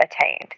attained